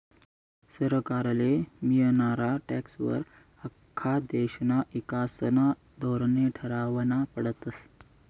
सरकारले मियनारा टॅक्सं वर आख्खा देशना ईकासना धोरने ठरावना पडतस